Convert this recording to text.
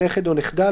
נכד או נכדה,